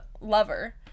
lover